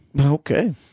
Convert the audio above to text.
Okay